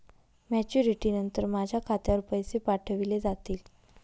Maturity नंतर माझ्या खात्यावर पैसे पाठविले जातील?